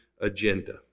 agenda